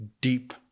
deep